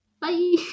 Bye